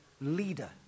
leader